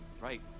right